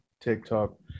TikTok